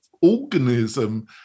organism